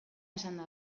esanda